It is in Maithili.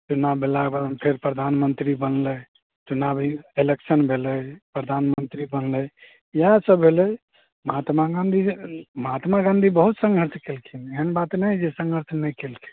चुनाब भेलाके बाद फेर प्रधानमन्त्री बनलै चुनाव एलेक्शन भेलै प्रधानमन्त्री बनलै इहए सब भेलै महात्मा गाँधी जे महात्मा गाँधी बहुत सङ्घर्ष कयलखिन एहन बात नहि हइ जे सङ्घर्ष नहि कयलखिन